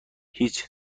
هیچ